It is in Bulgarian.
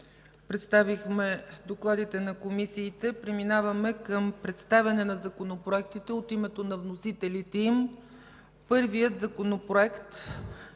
представихме докладите на комисиите. Преминаваме към представяне на законопроектите от името на вносителите им. Първият Законопроект е